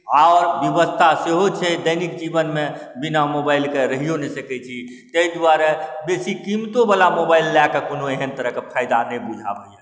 आओर विवशता सेहो छै दैनिक जीवनमे बिना मोबाइलके रहिओ नहि सकै छी ताहि दुआरे बेसी कीमतोवला मोबाइल लऽ कऽ कोनो एहन तरहके फाइदा नहि बुझाबै अइ